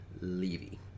Levy